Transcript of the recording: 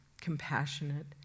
compassionate